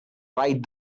right